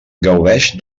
gaudeix